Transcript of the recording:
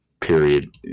period